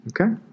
Okay